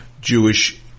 Jewish